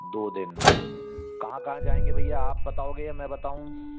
दो दिन कहाँ कहाँ जाएंगे भैया आप बताओगे या मैं बताऊँ